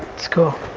it's cool.